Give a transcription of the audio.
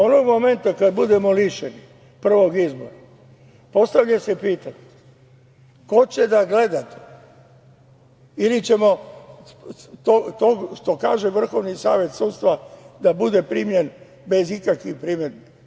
Onog momenta kada budemo lišeni prvog izbora, postavlja se pitanje – koga ćete da gledate ili ćemo to što kaže VSS da bude primljen bez ikakvih primedbi?